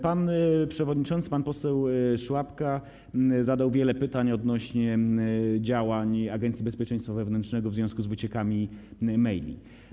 Pan przewodniczący, pan poseł Szłapka, zadał wiele pytań odnośnie do działań Agencji Bezpieczeństwa Wewnętrznego w związku z wyciekami maili.